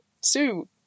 Sue